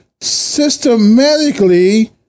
systematically